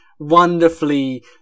wonderfully